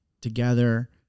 together